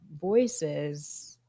voices